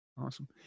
Awesome